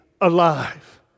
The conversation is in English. alive